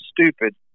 stupid